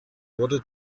wurde